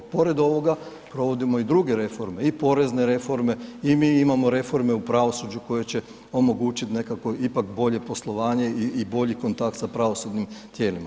Pored ovoga provodimo i druge reforme i porezne reforme i mi imamo reforme u pravosuđu koje će omogućit nekako ipak bolje poslovanje i bolji kontakt sa pravosudnim tijelima.